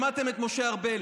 שמעתם את משה ארבל,